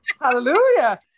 Hallelujah